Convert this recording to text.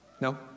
No